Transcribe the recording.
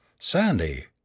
Sandy